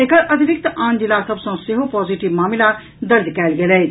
एकर अतिरिक्त आन जिला सभ सॅ सेहो पॉजिटिव मामिला दर्ज कयल गेल अछि